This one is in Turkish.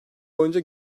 boyunca